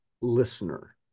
listener